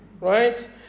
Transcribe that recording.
right